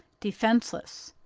defenceless,